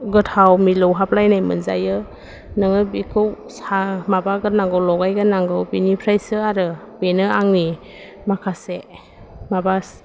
गोथाव मिलौहाफ लायनाय मोनजायो नोङो बिखौ सा माबा ग्रोनांगौ लगाय ग्रोनांगौ बिनिफ्रायसो आरो बेनो आंनि माखासे माबा